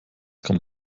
kommt